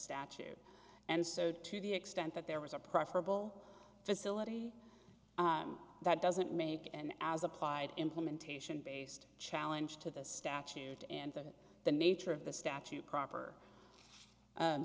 statute and so to the extent that there was a preferable facility that doesn't make an as applied implementation based challenge to the statute and that the nature of the statute proper